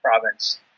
province